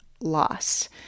loss